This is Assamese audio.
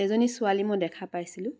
এজনী ছোৱালী মই দেখা পাইছিলোঁ